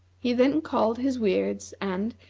he then called his weirds and,